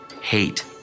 hate